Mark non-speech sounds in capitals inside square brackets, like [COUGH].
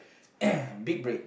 [COUGHS] big break